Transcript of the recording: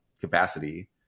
capacity